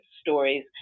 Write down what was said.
stories